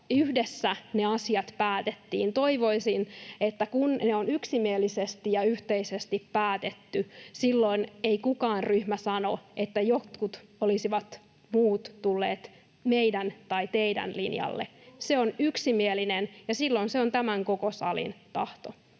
yhdessä ne asiat päätettiin. Toivoisin, että kun ne on yksimielisesti ja yhteisesti päätetty, silloin ei mikään ryhmä sano, että jotkut muut olisivat tulleet meidän tai teidän linjalle. [Piritta Rantanen: Juuri näin!] Se on yksimielinen, ja silloin se on tämän koko salin tahto.